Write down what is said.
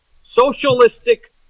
socialistic